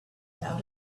cloud